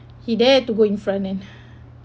he dare to go in front and